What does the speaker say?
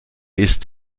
ist